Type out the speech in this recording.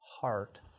heart